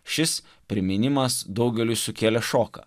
šis priminimas daugeliui sukėlė šoką